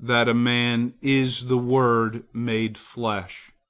that a man is the word made flesh,